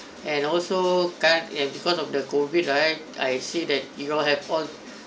and also kan because of the COVID right I see that you all have all